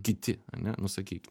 kiti ane nu sakykim